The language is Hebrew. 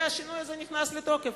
והשינוי הזה נכנס לתוקף.